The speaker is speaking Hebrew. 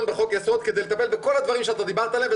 בחוק היסוד כדי לטפל בכל הדברים שדיברת עליהם,